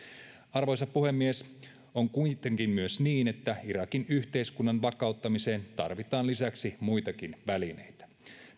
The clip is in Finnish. arvoisa puhemies on kuitenkin myös niin että irakin yhteiskunnan vakauttamiseen tarvitaan lisäksi muitakin välineitä